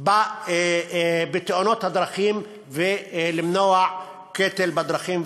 בתאונות הדרכים ולמנוע קטל בדרכים.